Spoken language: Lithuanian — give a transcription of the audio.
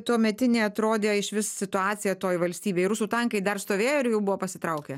tuometinė atrodė išvis situacija toj valstybėj rusų tankai dar stovėjo ar jau buvo pasitraukę